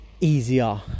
easier